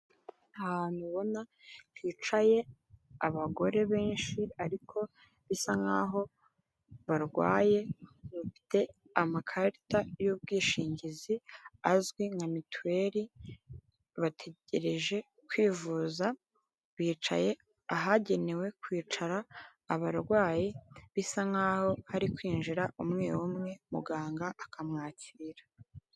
Ahantu ubona hicaye abagore benshi ariko bisa nkaho barwaye bafite amakarita y'ubwishingizi azwi nka mituweli bategereje kwivuza bicaye ahagenewe kwicara abarwayi bisa nkaho ari kwinjira umwe umwe muganga akamwakira.